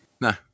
No